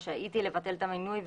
רשאית היא לבטל את המינוי,